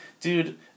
dude